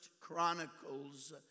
Chronicles